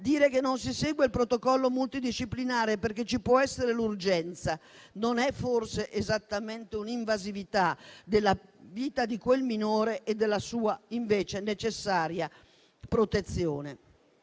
dire che non si segue il protocollo multidisciplinare perché ci può essere l'urgenza, non è forse esattamente un'invasione della vita di quel minore e della sua, invece, necessaria protezione?